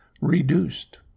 reduced